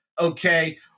okay